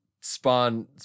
Spawn